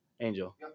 Angel